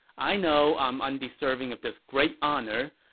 i know i'm undeserving of this great honor,